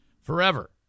forever